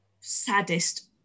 saddest